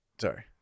sorry